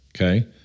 Okay